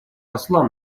посла